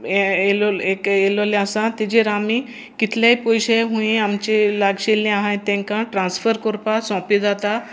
हें येय येयलोलें आसा ताचेर आमी कितलेय पयशे खूंय आमचे लागशिल्लीं आसात तांकां ट्रान्सफर करपाक सोंपें जाता